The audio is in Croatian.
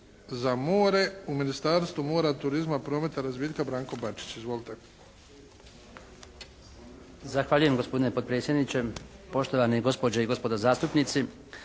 za more u Ministarstvu mora, turizma, prometa i razvitka Branko Bačić. Izvolite.